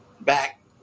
Back